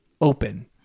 open